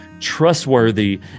trustworthy